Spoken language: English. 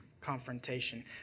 confrontation